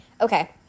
okay